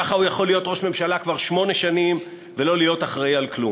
ככה הוא יכול להיות ראש ממשלה כבר שמונה שנים ולא להיות אחראי לכלום.